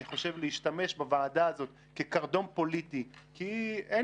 אני חושב להשתמש בוועדה הזאת כקרדום פוליטי כי אין